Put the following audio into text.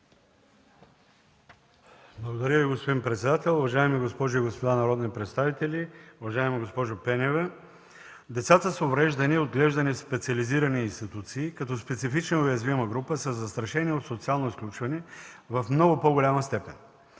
Благодаря Ви, господин председател. Уважаеми госпожи и господа народни представители, уважаема госпожо Пенева! Децата с увреждания, отглеждани в специализирани институции като специфична уязвима група, са застрашени от социално изключване в много по-голяма степен.